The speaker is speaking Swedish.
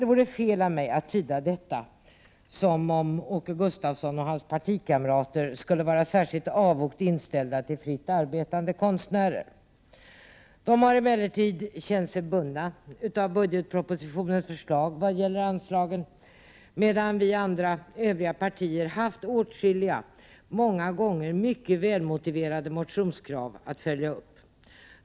Det vore fel av mig att tyda detta som om Åke Gustavsson och hans partikamrater skulle vara särskilt avogt inställda till fritt arbetande konstnärer. De har emellertid känt sig bundna av budgetpropositionens förslag vad gäller anslagen, medan övriga partier haft åtskilliga, många gånger mycket välmotiverade, motionskrav att följa upp.